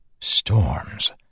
Storms